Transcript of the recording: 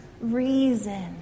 reason